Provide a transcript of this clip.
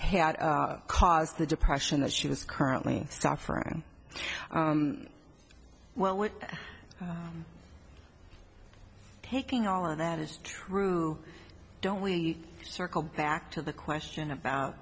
had caused the depression that she was currently suffering well we're taking all of that is true don't we circle back to the question about